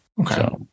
Okay